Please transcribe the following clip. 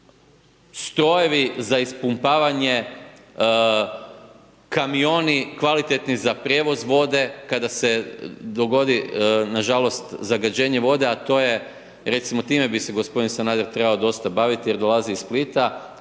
strojevi za ispumpavanje, kamioni kvalitetni za prijevoz vode, kada se dogodi nažalost zagađenje vode, a to je recimo, time bi se g. Sanader trebao dosta baviti jer dolazi iz Splita